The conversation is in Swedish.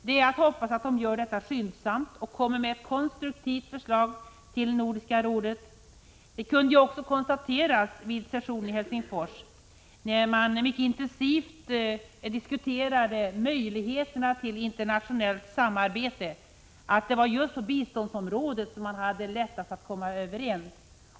Det är att hoppas att den gör detta skyndsamt och lägger fram ett konstruktivt förslag för Nordiska rådet. Det kunde också konstateras vid sessionen i Helsingfors, där man mycket intensivt diskuterade möjligheterna till internationellt samarbete, att det var just på biståndsområdet som man hade lättast att komma överens.